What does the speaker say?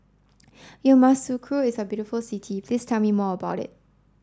Yamoussoukro is a very beautiful city please tell me more about it